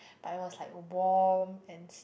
but it was like warm and